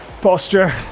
posture